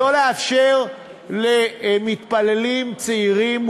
לא לאפשר למתפללים מוסלמים צעירים,